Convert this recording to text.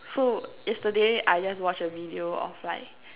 so yesterday I just watched a video of like